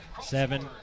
seven